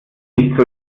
nicht